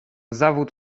zawód